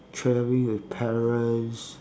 traveling with parents